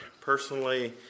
personally